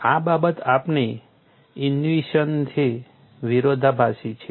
આ બાબત આપણી ઈન્ટ્યુઈશનથી વિરોધાભાસી છે